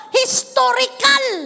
historical